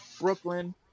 Brooklyn